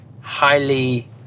highly